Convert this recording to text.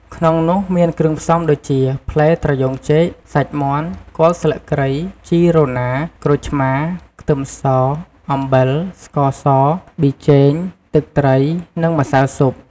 ក្នុងនោះ មានគ្រឿងផ្សំដូចជា ផ្លែត្រយូងចេក សាច់មាន់ គល់ស្លឹកគ្រៃ ជីរណារ ក្រូចឆ្មា ខ្ទឹមស អំបិល ស្ករស ប៊ីចេង ទឹកត្រី និងម្សៅស៊ុប។